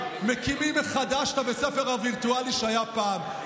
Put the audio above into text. מקימים מחדש את בית הספר הווירטואלי שהיה פעם.